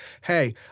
hey